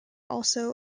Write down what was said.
also